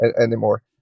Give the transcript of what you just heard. anymore